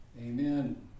Amen